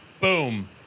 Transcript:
Boom